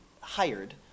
hired